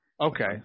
Okay